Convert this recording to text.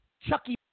Chucky